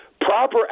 proper